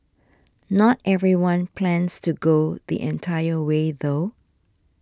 not everyone plans to go the entire way though